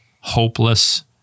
hopeless